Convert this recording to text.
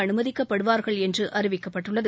அமைதிக்கப்படுவார்கள் என்று அறிவிக்கப்பட்டுள்ளது